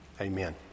amen